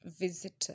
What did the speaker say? visitor